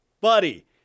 buddy